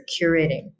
curating